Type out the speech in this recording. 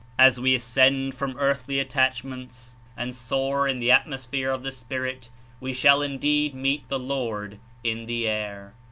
as we ascend from earthly attachments and soar in the atmosphere of the spirit we shall indeed meet the lord in the air.